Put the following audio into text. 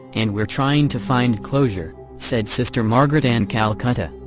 and we're trying to find closure, said sister margaret ann calcutta,